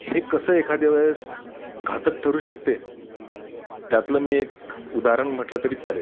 हे कसं एखाद्या वेळेस घातक ठरू शकते त्यातलं मी एक उदाहरण म्हटलं तरी चालेल